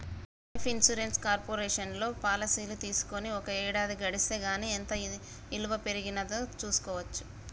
life insurance కార్పొరేషన్లో పాలసీలు తీసుకొని ఒక ఏడాది గడిస్తే గానీ ఎంత ఇలువ పెరిగినాదో చూస్కోవచ్చు